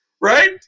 Right